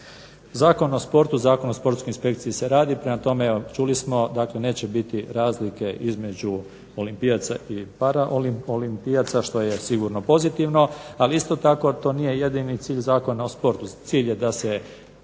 Zakon o sportu, Zakon o sportskoj inspekciji se radi prema tome čuli smo neće biti razlike između olimpijaca i paraolimpijaca što je sigurno pozitivno, ali isto tako to nije jedini cilj Zakona o sportu. Cilj je da se